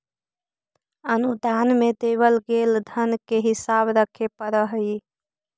अनुदान में देवल गेल धन के हिसाब रखे पड़ा हई